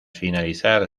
finalizar